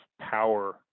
power